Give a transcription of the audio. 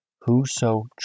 Whoso